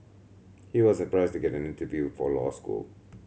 he was surprised get an interview for law school